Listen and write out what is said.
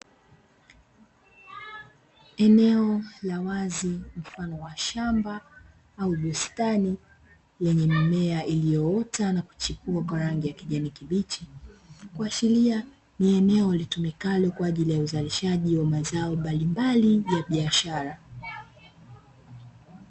Eneo la wazi mfano wa shamba au bustani, lenye mimea iliyoota na kuchipua kwa rangi ya kijani kibichi, kuashiria ni eneo litumikalo kwa ajili ya uzalishaji wa mazao mbalimbali ya biashara.